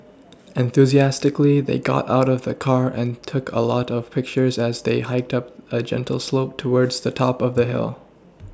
enthusiastically they got out of the car and took a lot of pictures as they hiked up a gentle slope towards the top of the hill